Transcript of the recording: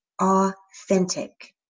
authentic